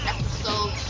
Episode